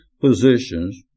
positions